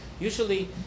usually